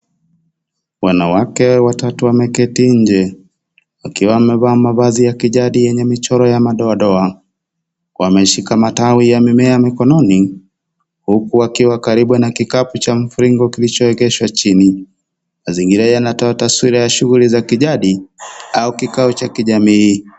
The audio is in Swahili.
Wanawake watatu wameketi nje, wakiwa wamevaa mavazi ya kijadi yenye michoro ya madoadoa. Wameshika matawi ya mimea mikononi, huku wakiwa karibu na kikapu cha mviringo kilichoegeshwa chini . Mazingira yanatoa taswira ya shughuli za kijadi au kikao cha kijamii.